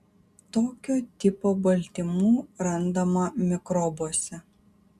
tokio tipo baltymų randama mikrobuose